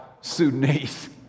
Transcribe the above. Sudanese